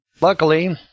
Luckily